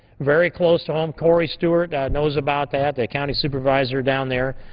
very close to home, corey stewart knows about that, the county supervisor down there,